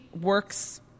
works